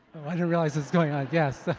i didn't realize it's doing. i guess